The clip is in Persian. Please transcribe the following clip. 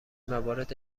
موارد